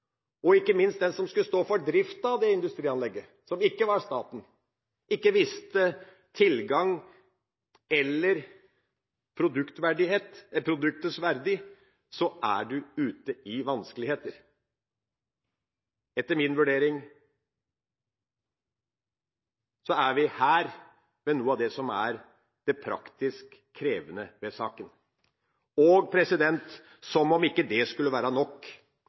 og ikke minst den som skulle stå for driften av dette industrianlegget, som ikke var staten, ikke visste tilgangen eller produktets verdi, er man i vanskeligheter. Etter min vurdering er vi her ved noe av det som er det praktisk krevende ved saken. Og som om ikke det skulle være nok,